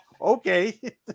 Okay